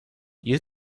you